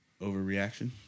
Overreaction